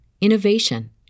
innovation